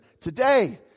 Today